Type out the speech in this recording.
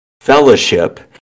fellowship